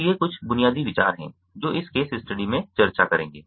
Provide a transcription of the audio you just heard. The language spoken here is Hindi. तो ये कुछ बुनियादी विचार हैं जो इस केस स्टडी में चर्चा करेंगे